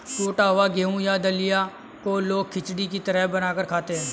टुटा हुआ गेहूं या दलिया को लोग खिचड़ी की तरह बनाकर खाते है